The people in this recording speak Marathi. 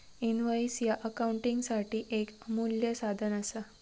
इनव्हॉइस ह्या अकाउंटिंगसाठी येक अमूल्य साधन असा